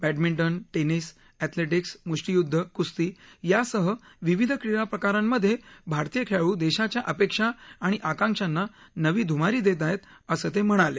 badminton tennis athletics मष्टीयदध क्स्ती यासह विविध क्रीडा प्रकारांमधे भारतीय खेळाडू देशाच्या अपेक्षा आणि आकांक्षांना नवी ध्मारी देत आहेत असं ते म्हणाले